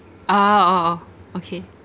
ah oh oh okay